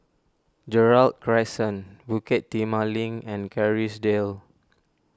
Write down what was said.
Gerald Crescent Bukit Timah Link and Kerrisdale